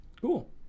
cool